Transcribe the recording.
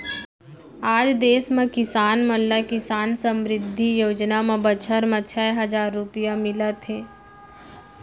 आज देस म किसान मन ल किसान समृद्धि योजना म बछर म छै हजार रूपिया मिलत हे